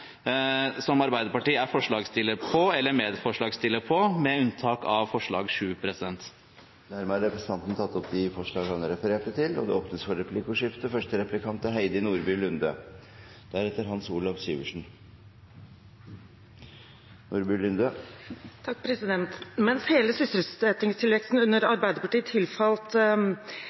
der Arbeiderpartiet er forslagsstiller eller medforslagsstiller med unntak av forslag nr. 7. Representanten Truls Wickholm har tatt opp de forslagene han refererte til. Det blir replikkordskifte. Mens hele sysselsettingstilveksten under Arbeiderpartiet tilfalt